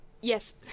Yes